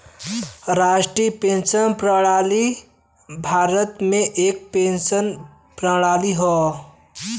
राष्ट्रीय पेंशन प्रणाली भारत में एक पेंशन प्रणाली हौ